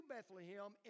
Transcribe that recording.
Bethlehem